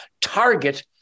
target